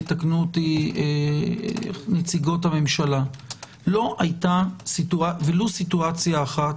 יתקנו אותי נציגות הממשלה - לא היתה ולו סיטואציה אחת